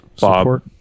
Bob